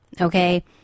Okay